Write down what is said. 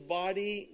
body